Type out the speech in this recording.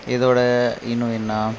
இதோடய இன்னும் என்ன